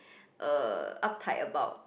uh uptight about